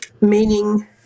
meaning